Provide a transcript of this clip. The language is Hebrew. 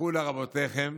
לכו לרבותיכם